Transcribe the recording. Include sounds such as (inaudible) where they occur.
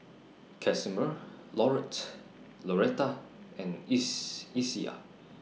Casimer (unintelligible) Lauretta and IS Isiah